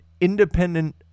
independent